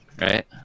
Right